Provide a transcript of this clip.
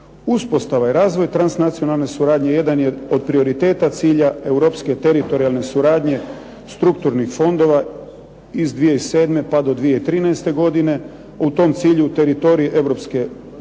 Uspostava i razvoj transnacionalne suradnje jedan je od prioriteta cilja europske teritorijalne suradnje strukturnih fondova iz 2007. pa do 2013. godine. U tom cilju teritorij